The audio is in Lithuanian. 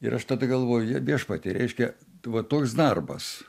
ir aš tada galvoju jie viešpatie reiškia va toks darbas